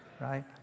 Right